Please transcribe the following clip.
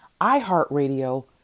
iHeartRadio